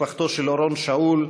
משפחתו של אורון שאול,